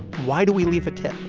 why do we leave a tip?